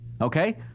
okay